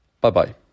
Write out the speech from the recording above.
Bye-bye